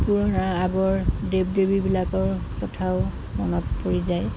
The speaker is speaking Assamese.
পুৰণা আগৰ দেৱ দেৱীবিলাকৰ কথাও মনত পৰি যায়